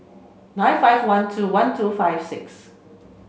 nine five one two one two five six